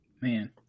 man